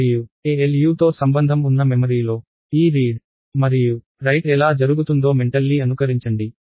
మరియు ALU తో సంబంధం ఉన్న మెమరీలో ఈ రీడ్ మరియు రైట్ ఎలా జరుగుతుందో మెంటల్లీ అనుకరించండి